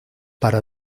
para